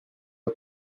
pas